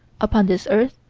upon this earth,